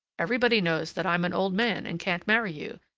everybody knows that i'm an old man and can't marry you.